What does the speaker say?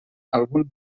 algun